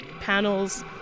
panels